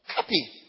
copy